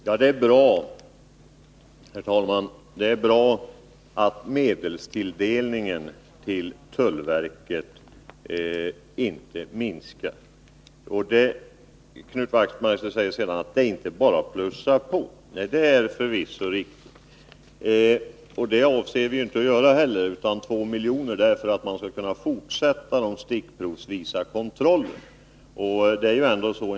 Nr 95 Herr talman! Det är bra att medelstilldelningen till tullverket inte Torsdagen den minskar. 11 mars 1982 Knut Wachtmeister säger sedan att det inte bara är att plussa på. Nej, det är förvisso riktigt. Vi avser inte heller att göra det, utan de 2 milj.kr. som vi Anslag till tullverföreslår skall användas för att man skall kunna fortsätta stickprovsvisa ket kontroller.